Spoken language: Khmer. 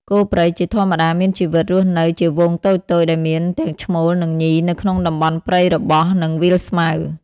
គោព្រៃជាធម្មតាមានជីវិតរស់នៅជាហ្វូងតូចៗដែលមានទាំងឈ្មោលនិងញីនៅក្នុងតំបន់ព្រៃរបោះ និងវាលស្មៅ។